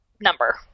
number